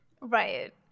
Right